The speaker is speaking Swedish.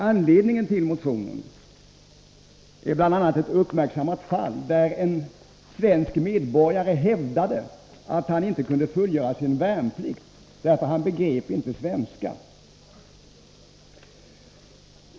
Anledningen till motionen är bl.a. ett uppmärksammat fall, där en svensk medborgare hävdade att han inte kunde fullgöra sin värnplikt därför att han inte begrep svenska.